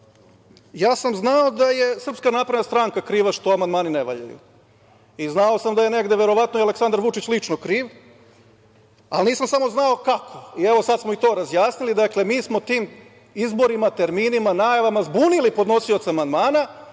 sam znao da je SNS kriva što amandmani ne valjaju i znao sam da je negde verovatno i Aleksandar Vučić lično kriv, ali nisam samo znao kako? Evo, sada smo i to razjasnili. Dakle, mi smo tim izborima, terminima, najavama zbunili podnosioca amandmana